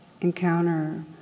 encounter